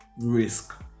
risk